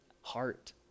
heart